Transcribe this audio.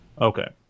Okay